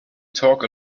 talk